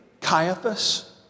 Caiaphas